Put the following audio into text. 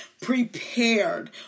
prepared